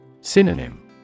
Synonym